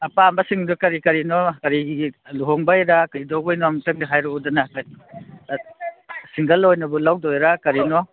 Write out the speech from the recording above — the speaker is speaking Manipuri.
ꯑꯄꯥꯝꯕꯁꯤꯡꯗꯨ ꯀꯔꯤ ꯀꯔꯤꯅꯣ ꯀꯔꯤ ꯂꯨꯍꯣꯡꯕꯒꯤꯔꯥ ꯀꯩꯗꯧꯕꯒꯤꯅꯣ ꯑꯃꯨꯛꯇꯪꯗꯤ ꯍꯥꯏꯔꯛꯎꯗꯅ ꯁꯤꯡꯒꯜ ꯑꯣꯏꯅꯕꯨ ꯂꯧꯗꯣꯏꯔꯥ ꯀꯔꯤꯅꯣ